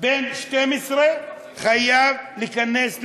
בן 12 חייב להיכנס למאגר.